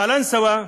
קלנסואה,